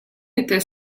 était